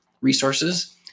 resources